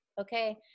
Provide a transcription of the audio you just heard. okay